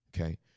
Okay